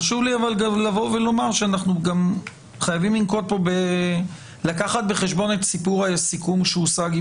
חשוב לי לומר שאנחנו חייבים לקחת בחשבון את סיפור הסיכום שהושג עם